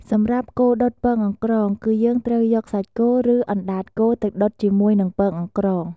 សម្រាប់គោដុតពងអង្រ្កង គឺយើងត្រូវយកសាច់គោ ឬអណ្តាតគោទៅដុតជាមួយនឹងពងអង្រ្កង។